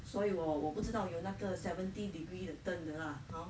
所以我我不知道有那个 seventy degree the turn 的 lah !huh!